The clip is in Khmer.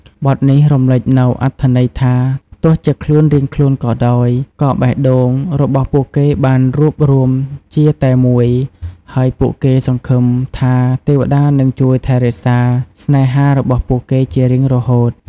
បទនេះរំលេចនូវអត្ថន័យថា ទោះជាខ្លួនរៀងខ្លួនក៏ដោយ ក៏បេះដូងរបស់ពួកគេបានរួបរួមជាតែមួយ ហើយពួកគេសង្ឃឹមថា ទេវតានឹងជួយថែរក្សាស្នេហារបស់ពួកគេជារៀងរហូត។